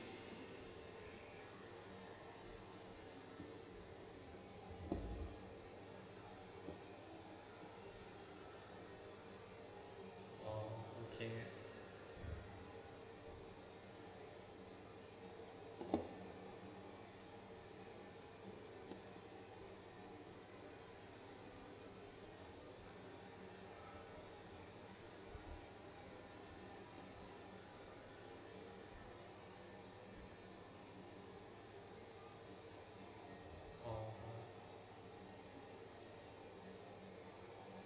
oh okay oh